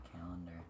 calendar